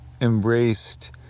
Embraced